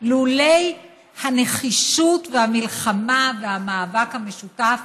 לולא הנחישות והמלחמה והמאבק המשותף